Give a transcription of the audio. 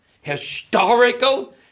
historical